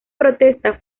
protesta